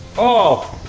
oh!